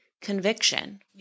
conviction